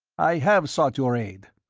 i have sought your aid.